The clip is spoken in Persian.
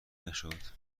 نشد